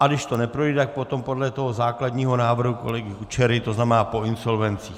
A když to neprojde, tak potom podle základního návrhu kolegy Kučery, to znamená po insolvencích.